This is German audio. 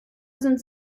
sind